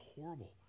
horrible